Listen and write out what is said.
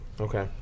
Okay